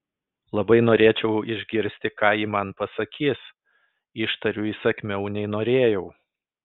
labai norėčiau išgirsti ką ji man pasakys ištariu įsakmiau nei norėjau